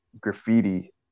graffiti